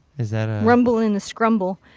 is that ah. rumble in the scrumbel.